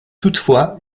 toutefois